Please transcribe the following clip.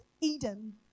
Eden